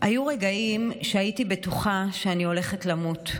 היו רגעים שהייתי בטוחה שאני הולכת למות.